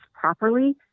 properly